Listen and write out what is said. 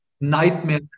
nightmare